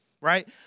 right